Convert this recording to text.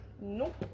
Nope